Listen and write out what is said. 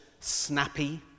snappy